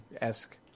esque